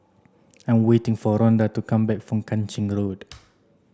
I'm waiting for Ronda to come back from Kang Ching Road